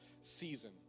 season